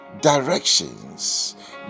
directions